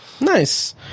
Nice